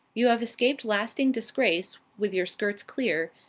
you have escaped lasting disgrace with your skirts clear,